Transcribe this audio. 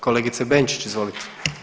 Kolegice Benčić izvolite.